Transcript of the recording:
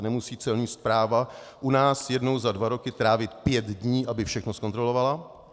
Nemusí Celní správa u nás jednou za dva roky trávit pět dní, aby všechno zkontrolovala.